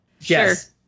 Yes